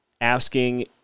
asking